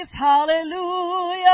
hallelujah